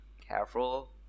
careful